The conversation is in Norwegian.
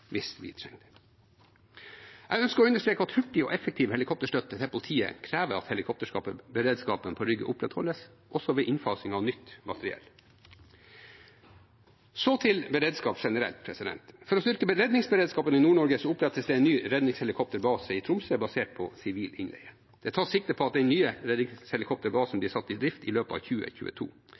hvis vi trenger det. Jeg ønsker å understreke at hurtig og effektiv helikopterstøtte til politiet krever at helikopterberedskapen på Rygge opprettholdes også ved innfasingen av nytt materiell. Så til beredskap generelt: For å styrke redningsberedskapen i Nord-Norge opprettes det en ny redningshelikopterbase i Tromsø basert på sivil innleie. Det tas sikte på at den nye redningshelikopterbasen blir satt i drift i løpet av 2022.